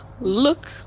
Look